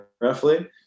roughly